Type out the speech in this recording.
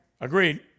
agreed